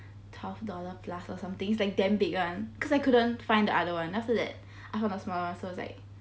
twelve dollars plus or something is like damn big [one] cause I couldn't find the other one then after that I got the small one so it is like